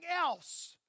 else